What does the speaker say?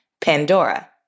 Pandora